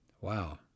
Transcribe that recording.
Wow